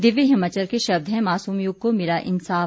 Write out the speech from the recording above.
दिव्य हिमाचल के शब्द हैं मासूम यूग को मिला इंसाफ